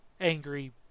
angry